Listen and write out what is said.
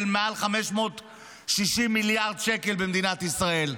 של מעל 560 מיליארד שקל במדינת ישראל,